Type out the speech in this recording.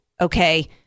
Okay